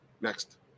next